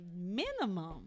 minimum